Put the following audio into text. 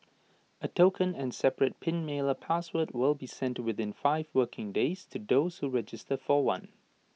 A token and separate pin mailer password will be sent within five working days to those who register for one